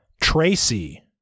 Tracy